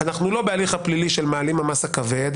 אנחנו לא בהליך הפלילי של מעלים המס הכבד,